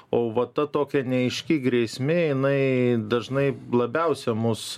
o va ta tokia neaiški grėsmė jinai dažnai labiausia mus